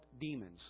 demons